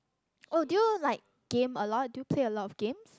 oh do you like game a lot do you play a lot of games